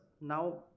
now